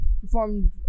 performed